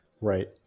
Right